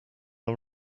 are